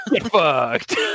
Fucked